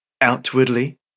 outwardly